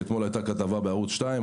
שאתמול הייתה כתבה בערוץ 2,